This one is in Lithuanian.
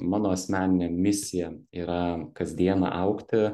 mano asmeninė misija yra kas dieną augti